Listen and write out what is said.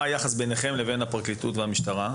מה היחס ביניכם לבין הפרקליטות והמשטרה?